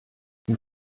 and